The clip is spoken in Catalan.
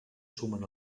sumen